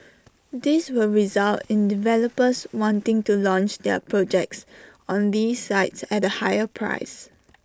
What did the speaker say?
this will result in developers wanting to launch their projects on these sites at higher prices